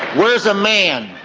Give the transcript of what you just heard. where's a man?